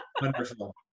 Wonderful